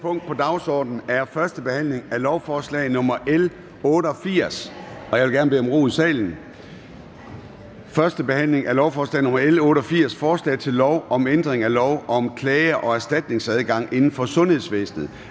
næste punkt på dagsordenen er: 5) 1. behandling af lovforslag nr. L 88: Forslag til lov om ændring af lov om klage- og erstatningsadgang inden for sundhedsvæsenet.